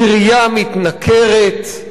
עירייה מתנכרת.